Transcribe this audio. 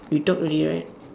you talk already right